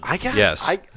Yes